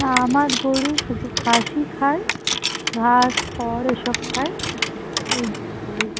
না আমার গরু শুধু ঘাসই খায় ঘাস খড় এসব খায় এই